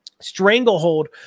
stranglehold